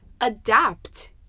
adapt